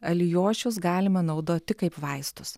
alijošius galima naudot tik kaip vaistus